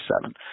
seven